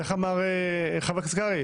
איך אמר חבר הכנסת קרעי?